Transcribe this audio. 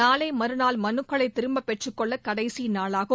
நாளை மறுநாள் மனுக்களை திரும்ப பெற்றுக் கொள்ள கடைசி நாளாகும்